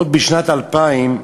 עוד בשנת 2000,